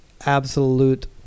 absolute